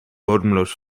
bodemloos